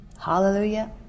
hallelujah